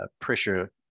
pressure